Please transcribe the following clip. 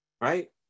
right